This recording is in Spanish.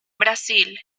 brasil